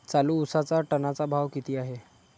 चालू उसाचा टनाचा भाव किती आहे?